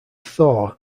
thor